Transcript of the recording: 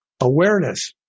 Awareness